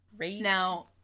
Now